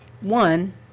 One